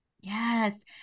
Yes